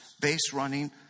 base-running